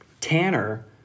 Tanner